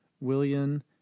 William